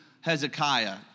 Hezekiah